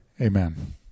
Amen